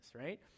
right